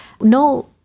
no